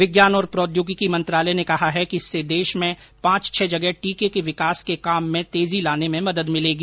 विज्ञान और प्रौद्योगिकी मंत्रालय ने कहा है कि इससे देश में पांच छह जगह टीके के विकास के काम में तेजी लाने में मदद मिलेगी